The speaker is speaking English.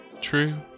true